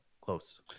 close